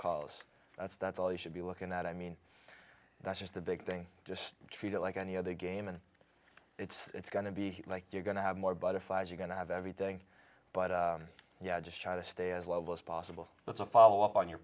cause that's that's all they should be looking at i mean that's just the big thing just treat it like any other game and it's it's going to be like you're going to have more butterflies you're going to have everything but yeah just try to stay as level as possible that's a follow up on your